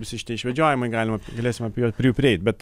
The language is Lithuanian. visi šitie išvedžiojimai galima galėsim apie juo prie jų prieit bet